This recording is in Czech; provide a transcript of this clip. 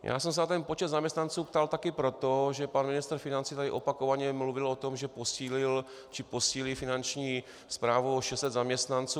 Já jsem se na ten počet zaměstnanců ptal také proto, že pan ministr financí tady opakovaně mluvil o tom, že posílil či posílí Finanční správu o 600 zaměstnanců.